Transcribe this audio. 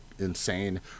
insane